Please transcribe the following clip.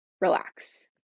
relax